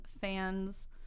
fans